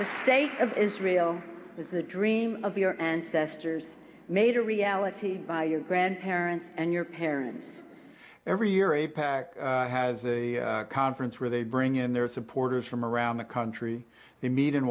the state of israel is the dream of your ancestors made a reality by your grandparents and your parents every year a pac has a conference where they bring in their supporters from around the country they meet in